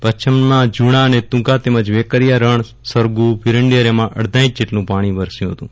પચ્છમના જુણા અને તુગા તેમજ વેકરિયા રણ સરગુ ભીરંડિયારામાં અડધા ઇંચ જેટલું પાણી વરસ્યું હતું